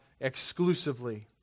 exclusively